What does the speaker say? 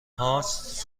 هاست